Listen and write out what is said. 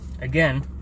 Again